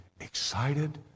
excited